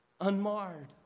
unmarred